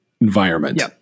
environment